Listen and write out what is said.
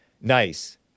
Nice